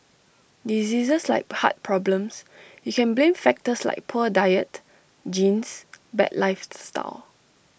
diseases like heart problems you can blame factors like poor diet genes bad lifestyle